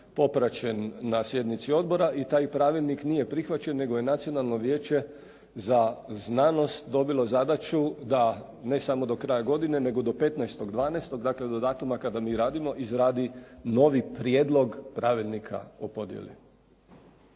popraćen na sjednici odbora i taj pravilnik nije prihvaćen, nego je Nacionalno vijeće za znanost dobilo zadaću da ne samo do kraja godine, nego do 15. 12. dakle do datuma kada mi radimo izradi novi prijedlog pravilnika o podjeli.